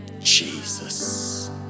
Jesus